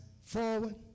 forward